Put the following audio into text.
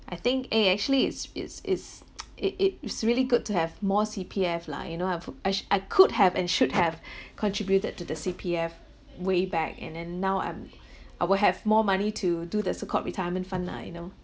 I think eh actually is is is it it it's really good to have more C_P_F lah you know I've I should I could have and should have contributed to the C_P_F way back and then now I'm I will have more money to do the so called retirement fund lah you know